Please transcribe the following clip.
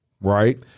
right